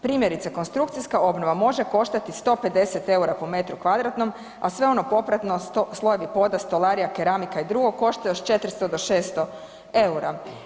Primjerice, konstrukcijska obnova može koštati 150 eura po metru kvadratnom, a sve ono popratno slojevi poda, stolarija, keramika i drugo koštaju još 400 do 600 eura.